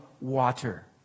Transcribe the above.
water